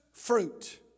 fruit